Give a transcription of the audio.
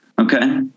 okay